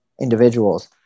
individuals